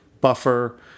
Buffer